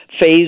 phase